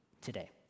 today